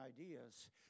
ideas